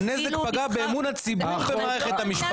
הנזק פגע באמון הציבור במערכת המשפט.